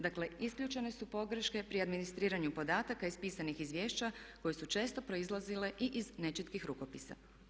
Dakle isključene su pogreške pri administriranju podatka iz pisanih izvješća koje su često proizlazile i iz nečitkih rukopisa.